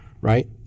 right